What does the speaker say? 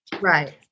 Right